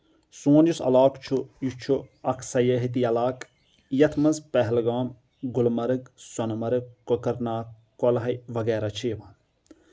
سون یُس علاقہٕ چھُ یہِ چھُ اکھ سَیٲحتی علاقہٕ یتھ منٛز پہلگام گُلمرگ سۄنہٕ مرٕگ کۄکر ناگ کۄلہے وغیرہ چھِ یِوان